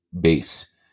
base